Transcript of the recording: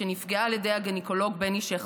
שנפגעה על ידי הגינקולוג בני שכטר: